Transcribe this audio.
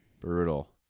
Brutal